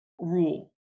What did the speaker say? rule